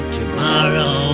tomorrow